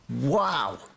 Wow